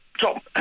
top